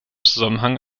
zusammenhang